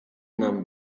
nam